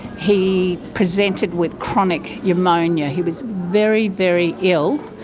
he presented with chronic pneumonia, he was very, very ill.